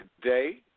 Today